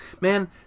Man